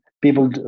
People